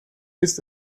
ist